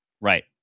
Right